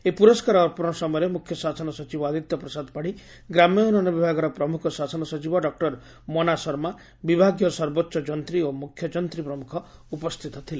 ଏହି ପୁରସ୍କାର ଅର୍ପଣ ସମୟରେ ମୁଖ୍ୟ ଶାସନ ସଚିବ ଆଦିତ୍ୟ ପ୍ରସାଦ ପାତୀ ଗ୍ରାମ୍ୟ ଉନ୍ନୟନ ବିଭାଗର ପ୍ରମୁଖ ଶାସନ ସଚିବ ଡ ମୋନା ଶର୍ମା ବିଭାଗୀୟ ସର୍ବୋଚ ଯନ୍ତୀ ଓ ମୁଖ୍ୟଯନ୍ତୀ ପ୍ରମୁଖ ଉପସ୍ଥିତ ଥିଲେ